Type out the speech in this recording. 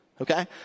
Okay